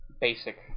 basic